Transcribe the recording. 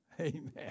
Amen